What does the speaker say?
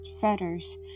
fetters